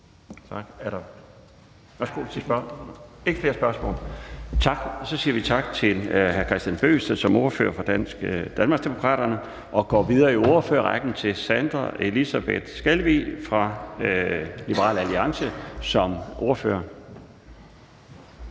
Tak. Der er ikke flere spørgsmål. Så siger vi tak til hr. Kristian Bøgsted som ordfører for Danmarksdemokraterne og går videre i ordførerrækken til fru Sandra Elisabeth Skalvig fra Liberal Alliance som ordfører.